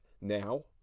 now